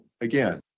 Again